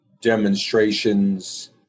demonstrations